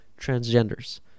transgenders